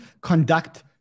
conduct